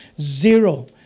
zero